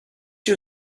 you